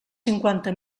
cinquanta